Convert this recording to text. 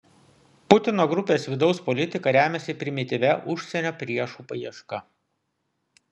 putino grupės vidaus politika remiasi primityvia užsienio priešų paieška